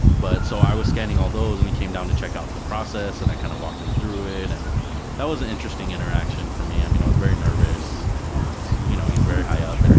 but so i was scanning all those and he came down to check out the process, and i kind of walked him through it. and that was an interesting interaction for me, i mean i was very nervous because you know he's very high up,